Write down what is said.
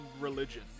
religion